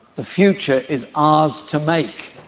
the future is ours to make,